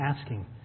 asking